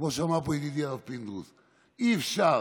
כמו שאמר פה ידידי הרב פינדרוס: אי-אפשר